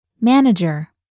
manager